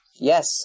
Yes